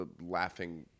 laughing